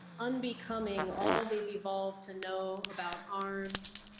unbecoming, all they've evolved to know about arms,